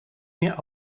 mehr